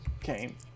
came